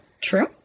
True